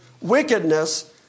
wickedness